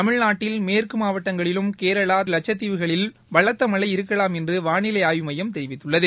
தமிழ்நாட்டில் மேற்குமாவட்டங்களிலும் கேரளா தமிழ்நாடு லட்சத்தீவுகளில் பலத்தமழை இருக்கலாம் என்றுவானிலைஆய்வு மையம் தெரிவித்துள்ளது